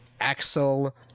Axel